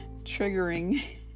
triggering